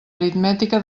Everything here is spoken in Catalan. aritmètica